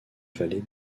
vallée